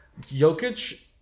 Jokic